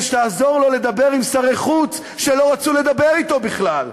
שתעזור לו לדבר עם שרי חוץ שלא רצו לדבר אתו בכלל.